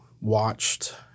watched